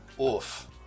Oof